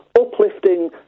uplifting